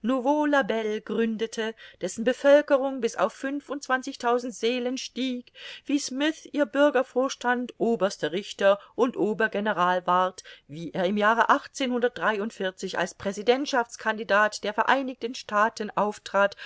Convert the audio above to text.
gründete dessen bevölkerung bis auf fünfundzwanzigtausend seelen stieg wie smyth ihr bürgervorstand oberster richter und obergeneral ward wie er im jahre als präsidentschafts candidat der vereinigten staaten auftrat